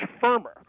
firmer